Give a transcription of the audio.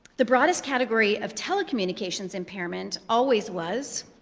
the broadest category of telecommunications impairment always was,